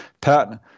Pat